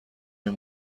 این